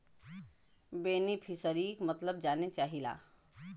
बेनिफिसरीक मतलब जाने चाहीला?